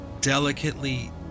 delicately